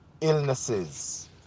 illnesses